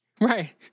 right